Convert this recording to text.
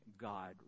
God